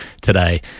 today